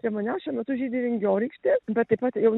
prie manęs šiuo metu žydi vingiorykštė bet taip pat jau